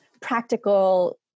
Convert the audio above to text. practical